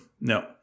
No